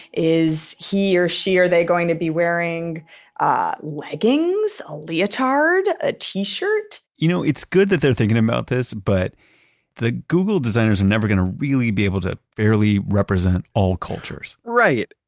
is he or she, are they going to be wearing ah leggings, a leotard, a t-shirt? you know, it's good that they're thinking about this, but the google designers are never going to really be able to fairly represent all cultures right.